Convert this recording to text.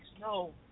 no